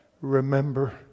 Remember